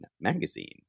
magazine